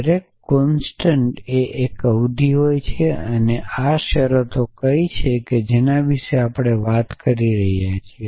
દરેક કોંસ્ટંટ એ એક અવધિ હોય છે તેથી આ શરતો કઈ છે કે જેના વિશે આપણે વાત કરી રહ્યા છીએ